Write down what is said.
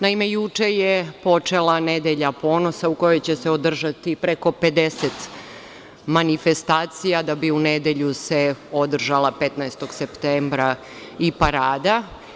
Naime, juče je počela „Nedelja ponosa“, u kojoj će se održati preko 50 manifestacija, da bi se u nedelju 15. septembra održala i „Parada“